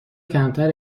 کمتر